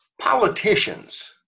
politicians